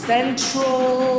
Central